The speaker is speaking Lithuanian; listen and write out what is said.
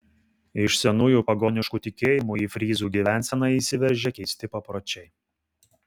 iš senųjų pagoniškų tikėjimų į fryzų gyvenseną įsiveržė keisti papročiai